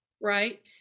right